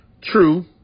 True